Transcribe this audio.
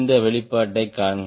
இந்த வெளிப்பாட்டைக் காண்க